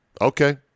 Okay